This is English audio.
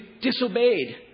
disobeyed